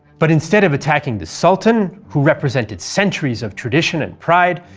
but instead of attacking the sultan, who represented centuries of tradition and pride,